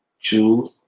Two